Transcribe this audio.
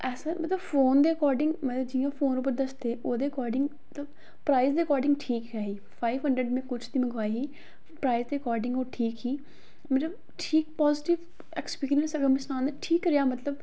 ऐसा मतलव फोन दे अकार्डिंग मतलब जियां फोन उप्पर दस्सदे ओह्दे अकार्डिंग मतलब प्राइस दे अकार्डिंग ठीक गै ही फाईव हंड्रेड में कुछ दी मंगवाई ही प्राइस दे अकार्डिंग ओह् ठीक ही मतलव ठीक पाजिटिव एक्सपीरियंस अगर में सनां ते ठीक रेहा मतलव